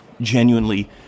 genuinely